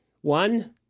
One